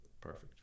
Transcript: perfect